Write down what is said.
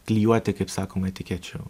klijuoti kaip sakoma etikečių